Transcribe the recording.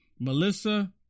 Melissa